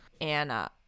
Anna